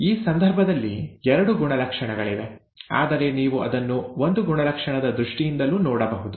ಈ ಸಂದರ್ಭದಲ್ಲಿ ಎರಡು ಗುಣಲಕ್ಷಣಗಳಿವೆ ಆದರೆ ನೀವು ಅದನ್ನು ಒಂದು ಗುಣಲಕ್ಷಣದ ದೃಷ್ಟಿಯಿಂದಲೂ ನೋಡಬಹುದು